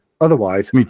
Otherwise